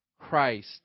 Christ